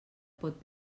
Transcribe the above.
pot